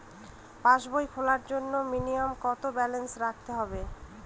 পাসবই খোলার জন্য মিনিমাম কত ব্যালেন্স রাখতে হবে?